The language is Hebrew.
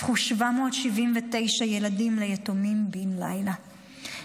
הפכו 779 ילדים ליתומים בן לילה,